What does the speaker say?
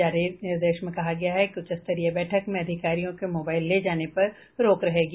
जारी निर्देश में कहा गया है कि उच्चस्तरीय बैठक में अधिकारियों के मोबाइल ले जाने पर रोक रहेगी